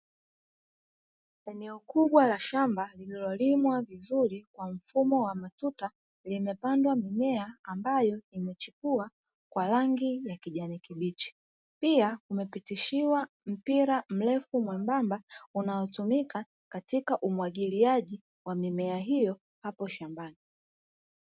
Eneo kubwa la shamba lililolimwa vizuri kwa mfumo wa matuta limepandwa mimea ambayo imechipua kwa rangi ya kijani kibichi, pia imepitishiwa mpira mrefu mwembamba unaotumika katika umwagiliaji wa mimea hiyo apo shambani.